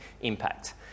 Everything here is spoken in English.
impact